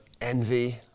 envy